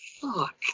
fuck